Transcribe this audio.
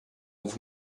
ovo